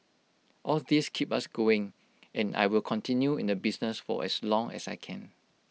all these keep us going and I will continue in the business for as long as I can